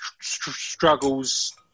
struggles